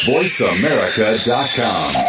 VoiceAmerica.com